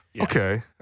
Okay